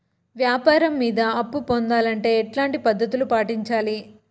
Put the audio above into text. వ్యాపారం మీద అప్పు పొందాలంటే ఎట్లాంటి పద్ధతులు పాటించాలి?